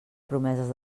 promeses